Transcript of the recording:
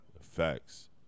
Facts